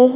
ਉਹ